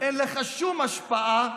אין לך שום השפעה,